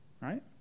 right